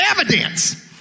evidence